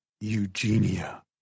Eugenia